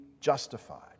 justified